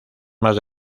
más